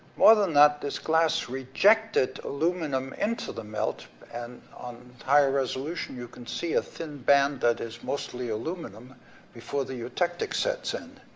more than that, this glass rejected aluminum into the melt, and on higher resolution, you can see a thin band that is mostly aluminum before the eutectic sets in.